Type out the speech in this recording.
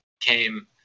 came